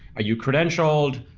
ah you credentialed,